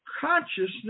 Consciousness